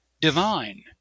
divine